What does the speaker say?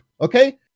okay